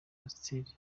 pasiteri